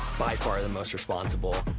by far the most responsible.